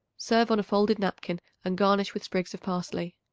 serve on a folded napkin and garnish with sprigs of parsley.